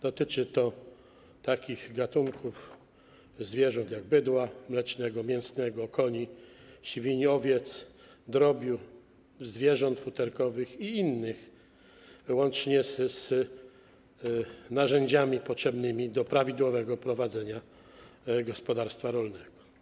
Dotyczy to takich gatunków zwierząt jak bydło mleczne, mięsne, konie, świnie, owce, drób, zwierzęta futerkowe i inne, łącznie z narzędziami potrzebnymi do prawidłowego prowadzenia gospodarstwa rolnego.